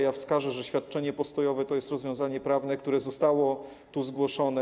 Ja wskażę, że świadczenie postojowe to jest rozwiązanie prawne, które zostało tu zgłoszone.